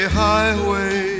highway